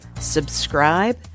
subscribe